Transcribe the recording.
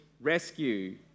rescue